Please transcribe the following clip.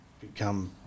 become